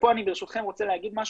ופה אני ברשותכם אני רוצה להגיד משהו,